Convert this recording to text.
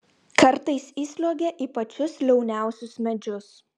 kartais įsliuogia į pačius liauniausius medžius